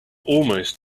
almost